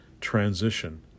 transition